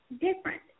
different